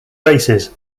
races